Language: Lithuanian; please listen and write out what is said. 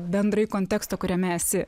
bendrai konteksto kuriame esi